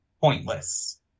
pointless